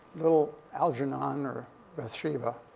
little algernon or bathsheba,